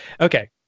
Okay